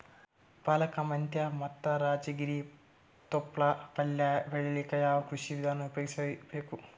ಪಾಲಕ, ಮೆಂತ್ಯ ಮತ್ತ ರಾಜಗಿರಿ ತೊಪ್ಲ ಪಲ್ಯ ಬೆಳಿಲಿಕ ಯಾವ ಕೃಷಿ ವಿಧಾನ ಉಪಯೋಗಿಸಿ ಬೇಕು?